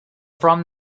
from